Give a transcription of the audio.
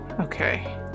Okay